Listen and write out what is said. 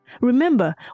Remember